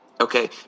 okay